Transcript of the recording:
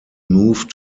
moved